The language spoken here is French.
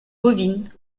bovine